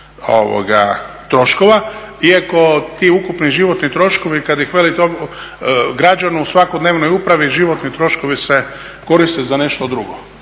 troškova. Iako ti ukupni životni troškovi kada ih …/Govornik se ne razumije./… u svakodnevnoj upravi životni troškovi se koriste za nešto drugo.